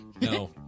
No